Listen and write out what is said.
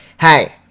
hey